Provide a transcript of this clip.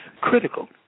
critical